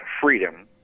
freedom